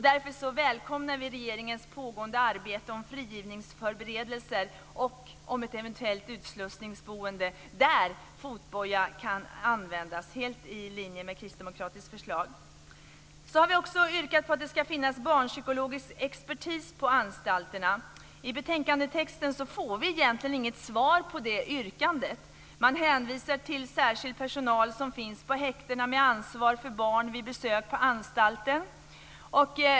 Därför välkomnar vi regeringens pågående arbete om frigivningsförberedelser och om ett eventuellt utslussningsboende där fotboja kan användas. Detta är helt i linje med Kristdemokraternas förslag. Vi har också yrkat på att det ska finnas barnpsykologisk expertis på anstalterna men i betänkandetexten får vi egentligen inget svar på vårt yrkande. Man hänvisar till särskild personal som finns på häktena med ansvar för barn vid besök på anstalten.